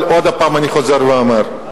אבל עוד הפעם אני חוזר ואומר,